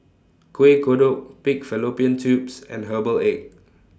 Kuih Kodok Pig Fallopian Tubes and Herbal Egg